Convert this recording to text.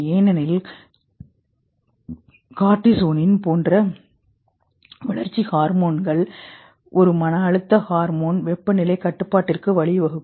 ஏனெனில் கார்ட்டிசோனின் போன்ற வளர்ச்சி ஹார்மோன் ஒரு மன அழுத்தம் ஹார்மோன் வெப்பநிலை கட்டுப்பாட்டிற்கு வழி வகுக்கும்